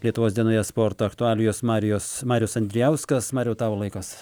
lietuvos dienoje sporto aktualijos marijos marius andrijauskas mariau tavo laikas